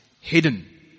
hidden